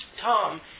Tom